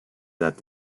that